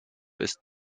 ist